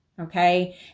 okay